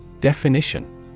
Definition